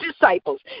disciples